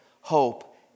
hope